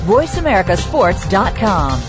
VoiceAmericaSports.com